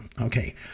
Okay